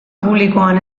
publikoan